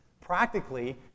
Practically